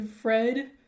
fred